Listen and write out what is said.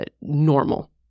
normal